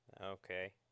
okay